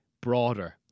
broader